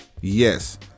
Yes